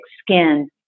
skin